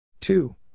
Two